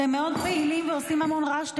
אתם מאוד פעילים ועושים המון רעש.